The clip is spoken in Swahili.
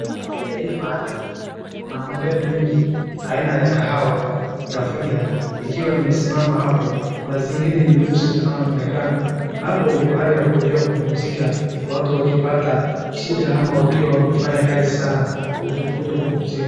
Katika hii mahali kuna magari mingi aina ya kahawa ya fielder ikiwa imesimama hapo, kuna zingine nyeusi zinazoonekana, hapo ni mahali pa kuja kupumzika, watu wakipata shida au wakiwa wamefanya kazi sana kuja kupumzika.